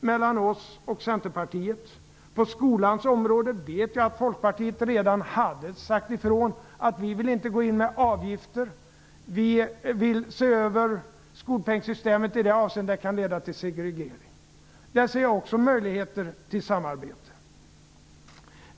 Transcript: mellan oss och Centerpartiet. På skolans område vet jag att Folkpartiet redan hade sagt ifrån att man inte ville gå in med avgifter och att man ville se över skolpengssystemet i den mån det kunde leda till segregering. Där ser jag också möjligheter till samarbete.